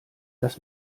das